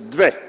2.